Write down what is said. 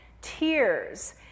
tears